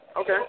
Okay